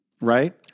right